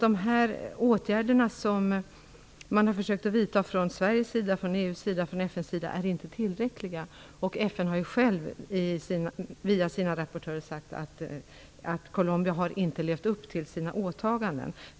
De åtgärder som man har försökt att vidta från Sveriges, EU:s och FN:s sida är inte tillräckliga. FN har självt via sina rapportörer sagt att Colombia inte har levt upp till sina åtaganden.